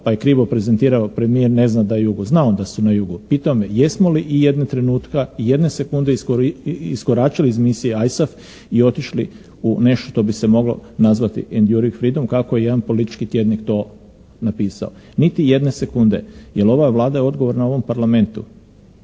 pa je krivo prezentirao, premijer ne zna da …/Govornik se ne razumije./…, zna on da su na jugu, pitao me jesmo li i jednog trenutka, i jednog sekunde iskoračili iz misije ISAF i otišli u nešto što bi se moglo nazvati …/Govornik se ne razumije./… kako je jedan politički tjednik to napisao? Niti jedne sekunde, jer ova Vlada je odgovorna ovom Parlamentu